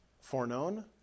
foreknown